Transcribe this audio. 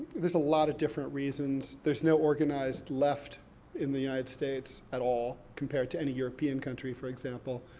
there's a lot of different reasons. there's no organized left in the united states at all, compared to any european country, for example.